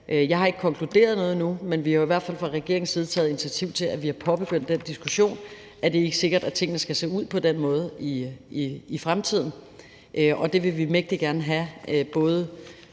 Jeg har ikke konkluderet noget endnu, men vi har jo i hvert fald fra regeringens side taget initiativ, ved at vi har påbegyndt den diskussion om, at det ikke er sikkert, at tingene skal se ud på den måde i fremtiden. Det vil vi mægtig gerne have